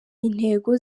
intego